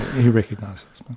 he recognises.